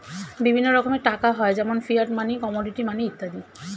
বিভিন্ন রকমের টাকা হয় যেমন ফিয়াট মানি, কমোডিটি মানি ইত্যাদি